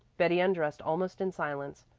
betty undressed almost in silence.